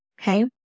Okay